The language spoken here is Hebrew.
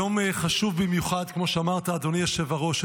זהו יום חשוב במיוחד, כמו שאמרת, אדוני היושב-ראש.